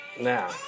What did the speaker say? Now